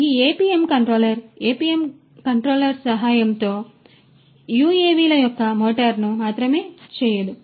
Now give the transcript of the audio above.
కాబట్టి ఈ APM controller APM controller సహాయంతో ఈ UAV ల యొక్క మోటారును మాత్రమే చేయదు